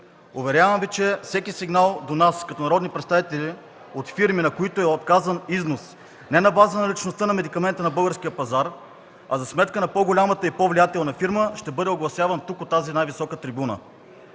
Уверявам Ви, че всеки сигнал до нас като народни представители от фирми, на които е отказан износ не на база наличността на медикамента на българския пазар, а за сметка на по-голямата и по-влиятелна фирма, ще бъде огласяван тук, от тази най-висока трибуна.